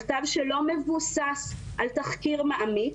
מכתב שלא מבוסס על תחקיר מעמיק,